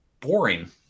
boring